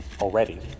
already